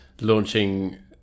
launching